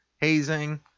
hazing